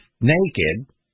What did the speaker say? naked